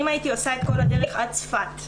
אם הייתי עושה את כל הדרך עד צפת,